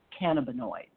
cannabinoids